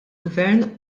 gvern